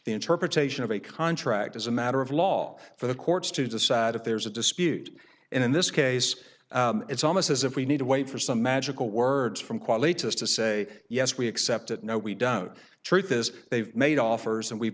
the interpretation of a contract is a matter of law for the courts to decide if there's a dispute in this case it's almost as if we need to wait for some magical words from quality to us to say yes we accept it no we don't treat this they've made offers and we've